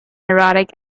erotic